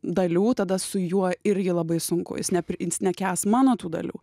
dalių tada su juo irgi labai sunku jis nepriims nekęs mano tų dalių